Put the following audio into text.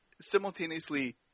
simultaneously